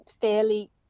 fairly